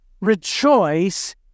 Rejoice